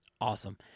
Awesome